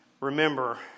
Remember